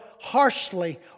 harshly